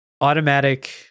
Automatic